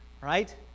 right